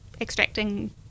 extracting